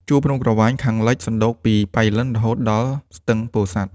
ជួរភ្នំក្រវាញខាងលិច សណ្ដូកពីប៉ៃលិនរហូតដល់ស្ទឹងពោធិសាត់ ។